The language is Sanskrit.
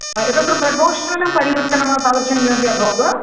एतत् कृते प्रकोष्ठानां परिवर्तनम् वा तादृशम् किमपि अभवत् वा